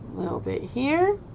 little bit here